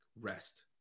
rest